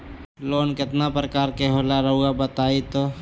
Loan कितने पारकर के होला रऊआ बताई तो?